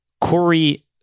Corey